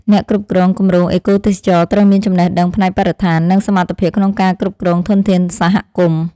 អ្នកគ្រប់គ្រងគម្រោងអេកូទេសចរណ៍ត្រូវមានចំណេះដឹងផ្នែកបរិស្ថាន និងសមត្ថភាពក្នុងការគ្រប់គ្រងធនធានសហគមន៍។